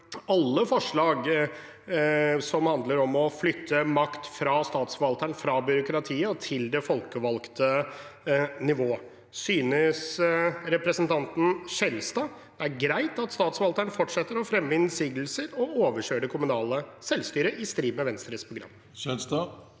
alle forslag som handler om å flytte makt fra Statsforvalteren, fra byråkratiet, og til det folkevalgte nivået. Synes representanten Skjelstad det er greit at Statsforvalteren fortsetter å fremme innsigelser og overkjøre det kommunale selvstyret, i strid med Venstres program?